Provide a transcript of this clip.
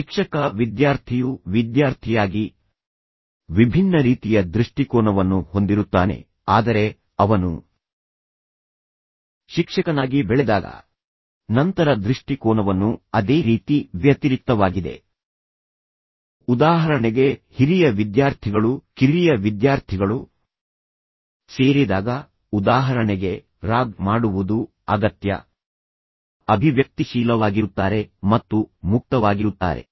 ಶಿಕ್ಷಕ ವಿದ್ಯಾರ್ಥಿಯು ವಿದ್ಯಾರ್ಥಿಯಾಗಿ ವಿಭಿನ್ನ ರೀತಿಯ ದೃಷ್ಟಿಕೋನವನ್ನು ಹೊಂದಿರುತ್ತಾನೆ ಆದರೆ ಅವನು ಶಿಕ್ಷಕನಾಗಿ ಬೆಳೆದಾಗ ನಂತರ ದೃಷ್ಟಿಕೋನವನ್ನು ಅದೇ ರೀತಿ ವ್ಯತಿರಿಕ್ತವಾಗಿದೆ ಉದಾಹರಣೆಗೆ ಹಿರಿಯ ವಿದ್ಯಾರ್ಥಿಗಳು ಕಿರಿಯ ವಿದ್ಯಾರ್ಥಿಗಳು ಸೇರಿದಾಗ ಉದಾಹರಣೆಗೆ ರಾಗ್ ಮಾಡುವುದು ಅಗತ್ಯ ಅಭಿವ್ಯಕ್ತಿಶೀಲವಾಗಿರುತ್ತಾರೆ ಮತ್ತು ಮುಕ್ತವಾಗಿರುತ್ತಾರೆ